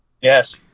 Yes